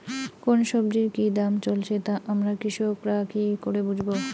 কোন সব্জির কি দাম চলছে তা আমরা কৃষক রা কি করে বুঝবো?